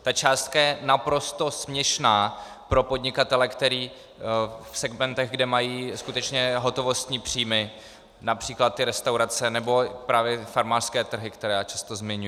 Ta částka je naprosto směšná pro podnikatele v segmentech, kde mají skutečně hotovostní příjmy, například ty restaurace nebo právě farmářské trhy, které často zmiňuji.